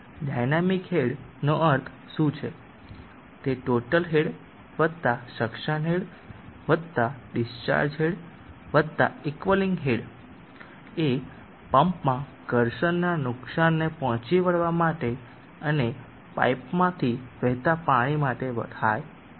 dynamic head નો અર્થ શું છે તે ટોટલ હેડ વત્તા સક્શન હેડ વત્તા ડીસ્ચાર્જ હેડ વત્તા ઇક્વલ્લીંગ હેડએ પાઇપમાં ઘર્ષણના નુકસાનને પહોંચી વળવા માટે અને પાઈપ માંથી વહેતા પાણી માટે થાય છે